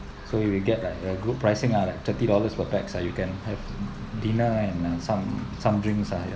so you will get like very good pricing ah like thirty dollars per pax ah you can have dinner right and some some drinks ah